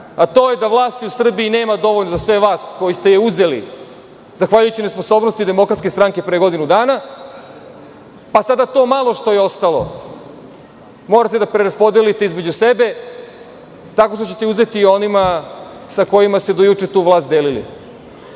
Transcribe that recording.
a to je da vlasti u Srbiji nema dovoljno za sve vas koji ste je uzeli zahvaljujući nesposobnosti DS pre godinu dana, pa sada to malo što je ostalo morate da preraspodelite između sebe tako što ćete uzeti onima sa kojima ste do juče tu vlast delili.